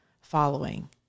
following